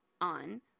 on